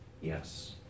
Yes